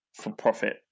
for-profit